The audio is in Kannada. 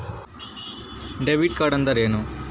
ಡೆಬಿಟ್ ಕಾರ್ಡ್ಅಂದರೇನು?